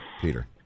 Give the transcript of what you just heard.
Peter